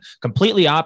completely